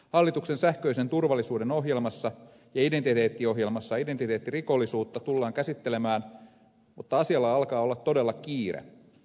hallituksen sähköisen turvallisuuden ohjelmassa ja identiteettiohjelmassa identiteettirikollisuutta tullaan käsittelemään mutta asialla alkaa olla todella kiire